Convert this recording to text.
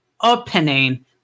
opening